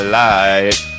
light